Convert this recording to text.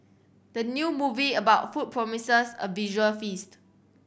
the new movie about food promises a visual feast